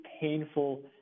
painful